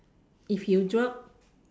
if you drop